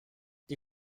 die